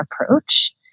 approach